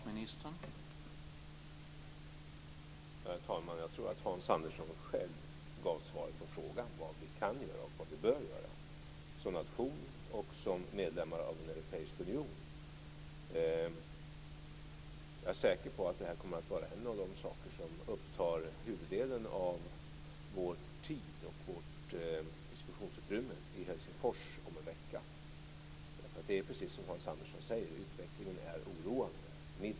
Herr talman! Jag tror att Hans Andersson själv gav svaret på frågan om vad vi kan och bör göra, som nation och som medlemmar av en europeisk union. Jag är säker på att det här kommer att vara en av de saker som upptar huvuddelen av vår tid och vårt diskussionsutrymme i Helsingfors om en vecka. Det är precis som Hans Andersson säger, utvecklingen är milt sagt oroande.